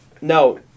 no